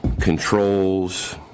controls